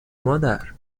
مادر